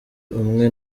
umwe